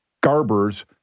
Garber's